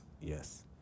Yes